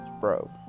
Bro